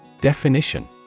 Definition